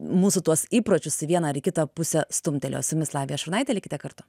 mūsų tuos įpročius į vieną ar į kitą pusę stumtelėjo su jumis lavija šurnaitė likite kartu